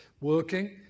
Working